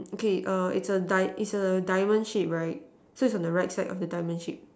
okay err it's a die it's a diamond shape right so it's on the right side of the diamond shape